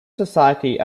society